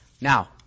Now